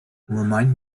remind